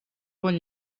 bon